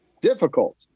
difficult